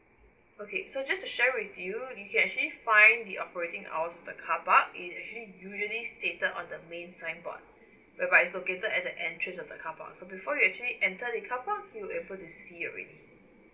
okay so just share with you you can actually find the operating hours of the carpark is usually usually stated on the main signboard whereby it's located at the entrance of the carpark so before you actually enter the carpark you'll able to see already